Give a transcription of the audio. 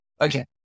Okay